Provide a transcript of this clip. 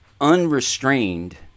unrestrained